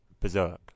berserk